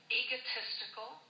egotistical